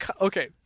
Okay